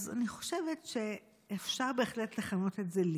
אז אני חושבת שאפשר בהחלט לכנות את זה לינץ'.